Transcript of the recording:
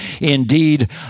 indeed